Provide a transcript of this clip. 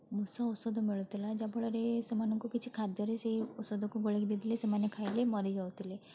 ମୂଷା ଔଷଧ ମିଳୁଥିଲା ଯାହାଫଳରେ ସେମାନଙ୍କୁ କିଛି ଖାଦ୍ୟରେ ସେଇ ଔଷଧକୁ ଗୋଳାଇକି ଦେଇ ଦେଲେ ସେମାନେ ଖାଇକି ମରିଯାଉଥିଲେ